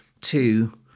two